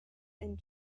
and